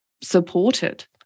supported